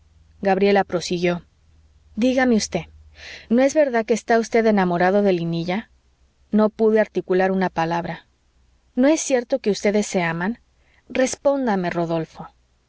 gabriela prosiguió dígame usted no es verdad que está usted enamorado de linilla no pude articular una palabra no es cierto que ustedes se aman respóndame rodolfo